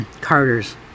Carters